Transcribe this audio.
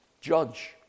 judge